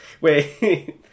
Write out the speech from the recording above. Wait